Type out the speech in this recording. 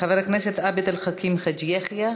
חבר הכנסת עבד אל חכים חאג' יחיא.